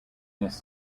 this